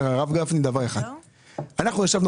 אומר הרב גפני שאנחנו ישבנו,